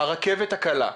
הרכבת הקלה.